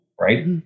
right